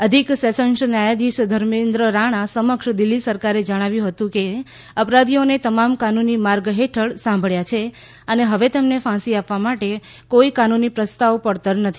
અધિક સેશન્સ ન્યાયાધીસ ધર્મેન્દ્ર રાણા સમક્ષ દિલ્હી સરકારે જણાવ્યું હતું કે અપરાધીઓને તમામ કાનૂની માર્ગ હેઠળ સાંભશ્યા છે અને હવે તેમને ફાંસી આપવા માટે કોઇ કાનૂની પ્રસ્તાવ પડતર નથી